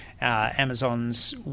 Amazon's